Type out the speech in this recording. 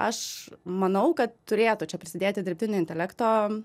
aš manau kad turėtų čia prisidėti dirbtinio intelekto